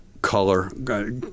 color